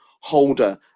holder